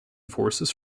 forces